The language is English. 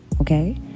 okay